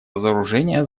разоружения